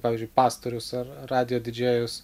pavyzdžiui pastorius ar radijo didžėjus